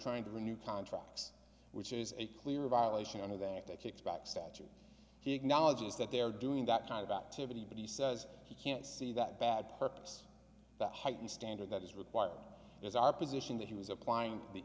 trying to renew contracts which is a clear violation of that act that kicks back statute he acknowledges that they are doing that type of activity but he says he can't see that bad purpose that heightened standard that is required is our position that he was applying the